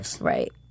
Right